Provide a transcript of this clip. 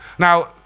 Now